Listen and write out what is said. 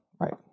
Right